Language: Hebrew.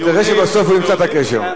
אתה תראה שבסוף הוא ימצא את הקשר.